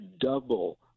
double